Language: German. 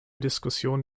diskussion